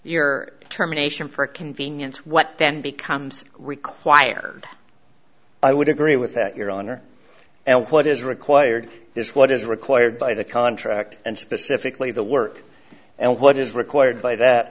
you're terminations for convenience what then becomes required i would agree with that your honor what is required is what is required by the contract and specifically the work and what is required by that